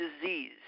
disease